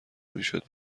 میشد